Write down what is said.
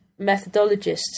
methodologists